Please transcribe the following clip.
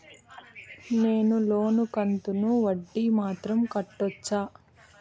నేను లోను కంతుకు వడ్డీ మాత్రం కట్టొచ్చా?